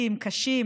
קשים,